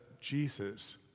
Jesus